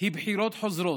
היא בחירות חוזרות.